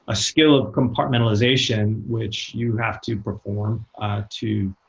ah skill of compartmentalization which you have to perform to